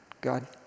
God